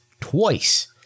Twice